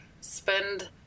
spend